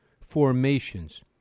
formations